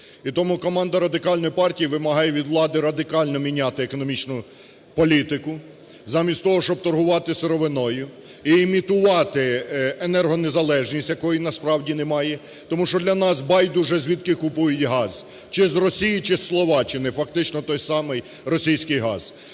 І тому команда Радикальної партії вимагає від влади радикально міняти економічну політику. Замість того, щоб торгувати сировиною і імітувати енергонезалежність, якої насправді немає. Тому що для нас байдуже, звідки купують газ: чи з Росії чи з Словаччини, фактично той самий російський газ,